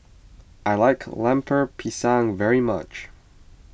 I like Lemper Pisang very much